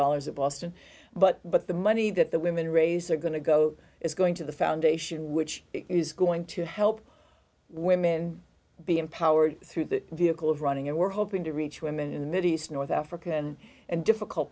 dollars in boston but but the money that the women raise are going to go is going to the foundation which is going to help women be empowered through the vehicle of running and we're hoping to reach women in the mid east north africa and and difficult